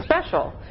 special